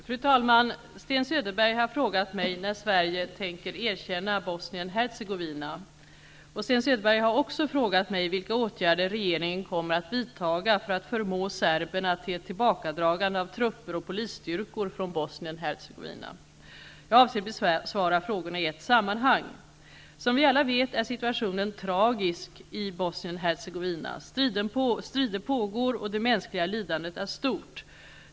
Fru talman! Sten Söderberg har frågat mig när Sverige tänker erkänna Bosnien-Hercegovina. Sten Söderberg har också frågat mig vilka åtgärder regeringen kommer att vidta för att förmå serberna till ett tillbakadragande av trupper och polisstyrkor från Bosnien-Hercegovina. Jag avser besvara frågorna i ett sammanhang. Som vi alla vet är situationen tragisk i Bosnien Hercegovina. Strider pågår, och det mänskliga lidandet är stort.